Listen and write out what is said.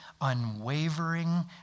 unwavering